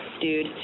dude